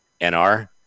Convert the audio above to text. NR